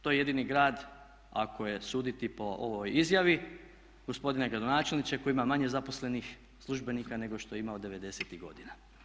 To je jedini grad ako je suditi po ovoj izjavi gospodine gradonačelniče koji ima manje zaposlenih službenika nego što je imao '90-ih godina.